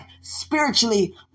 spiritually